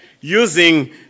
using